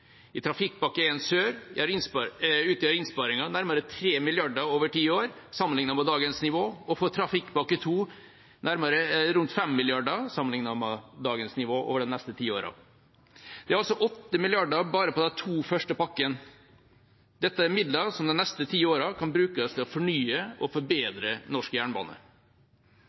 I Trafikkpakke 1 Sør utgjør innsparingen nærmere 3 mrd. kr over ti år, sammenlignet med dagens nivå, og i Trafikkpakke 2 Nord rundt 5 mrd. kr, sammenlignet med dagens nivå, over de neste ti årene. Det er altså 8 mrd. kr bare på de to første pakkene. Dette er midler som de neste ti årene kan brukes til å fornye og forbedre norsk jernbane.